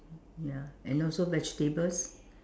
ya and also vegetables